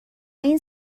این